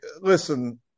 listen